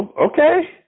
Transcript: Okay